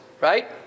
right